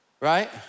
right